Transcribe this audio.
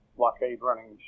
blockade-running